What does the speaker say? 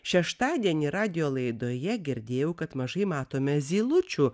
šeštadienį radijo laidoje girdėjau kad mažai matome zylučių